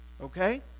Okay